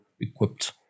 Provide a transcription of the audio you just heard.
equipped